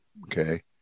okay